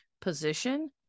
position